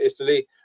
italy